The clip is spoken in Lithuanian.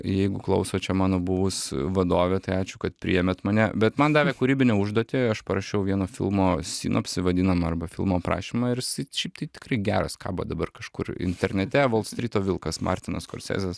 jeigu klauso čia mano buvus vadovė tai ačiū kad priėmėt mane bet man davė kūrybinę užduotį aš parašiau vieno filmo synopsį vadinamą arba filmo aprašymą ir jisai šiaip tai tikrai geras kabo dabar kažkur internete volstryto vilkas martino skorsezės